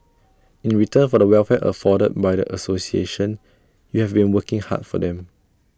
in return for the welfare afforded by the association you have been working hard for them